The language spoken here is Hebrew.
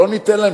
לא ניתן להם,